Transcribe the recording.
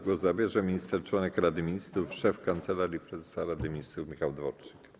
Głos zabierze minister - członek Rady Ministrów, szef Kancelarii Prezesa Rady Ministrów Michał Dworczyk.